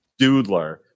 doodler